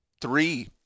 three